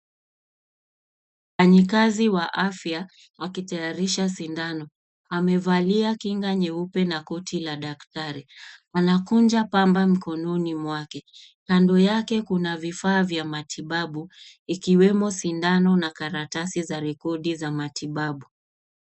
Mfanyikazi wa afya, akitayarisha sindano. Amevalia kinga nyeupe na koti la daktari. Anakunja pamba mkononi mwake. Kando yake kuna vifaa vya matibabu, ikiwemo sindano na karatasi za rekodi za matibabu.